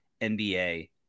NBA